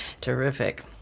Terrific